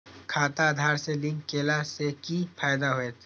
खाता आधार से लिंक केला से कि फायदा होयत?